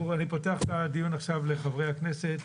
אני פותח את הדיון עכשיו לחברי הכנסת.